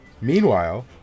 meanwhile